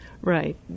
Right